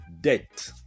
debt